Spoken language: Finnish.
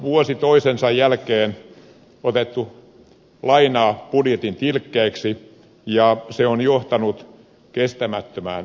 vuosi toisensa jälkeen on otettu lainaa budjetin tilkkeeksi ja se on johtanut kestämättömään tilanteeseen